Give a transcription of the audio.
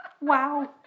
Wow